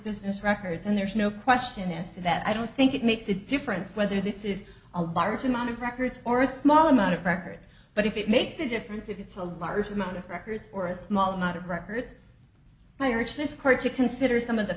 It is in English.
business records and there's no question as to that i don't think it makes a difference whether this is a large amount of records or a small amount of records but if it makes the difference if it's a large amount of records or a small amount of records i reach this court to consider some of the